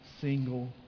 single